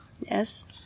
Yes